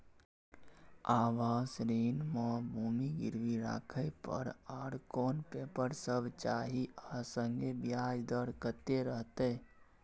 आवास ऋण म भूमि गिरवी राखै पर आर कोन पेपर सब चाही आ संगे ब्याज दर कत्ते रहते?